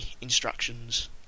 instructions